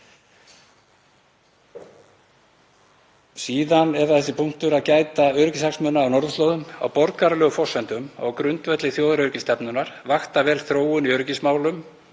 Síðan er það þessi punktur að gæta öryggishagsmuna á norðurslóðum á borgaralegum forsendum, á grundvelli þjóðaröryggisstefnunnar, að vakta vel þróun í öryggismálum